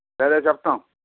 సరే చెప్తాం